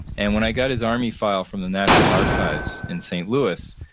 and when i got his army file from the national archives in st. louis,